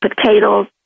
potatoes